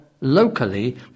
locally